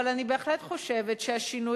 אבל אני בהחלט חושבת שהשינויים,